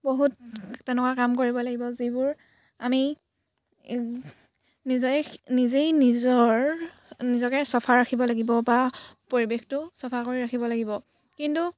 বহুত তেনেকুৱা কাম কৰিব লাগিব যিবোৰ আমি নিজেই নিজেই নিজৰ নিজকে চাফা ৰাখিব লাগিব বা পৰিৱেশটো চাফা কৰি ৰাখিব লাগিব কিন্তু